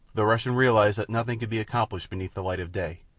the russian realized that nothing could be accomplished beneath the light of day.